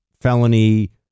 felony